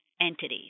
entities